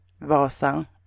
Vasa